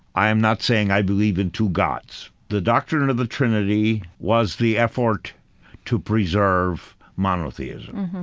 i am not saying i believe in two gods. the doctrine and of the trinity was the effort to preserve monotheism.